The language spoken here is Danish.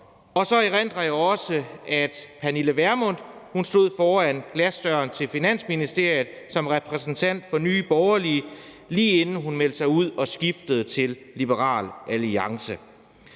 og så erindrer jeg også, at Pernille Vermund stod foran glasdøren i Finansministeriet som repræsentant for Nye Borgerlige, lige inden hun meldte sig ud og skiftede til Liberal Alliance.